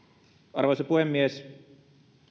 arvoisa puhemies